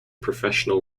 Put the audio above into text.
professional